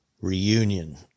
reunion